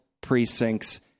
precincts